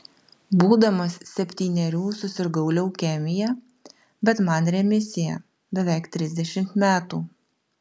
būdamas septynerių susirgau leukemija bet man remisija beveik trisdešimt metų